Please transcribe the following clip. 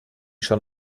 schon